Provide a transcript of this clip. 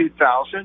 2000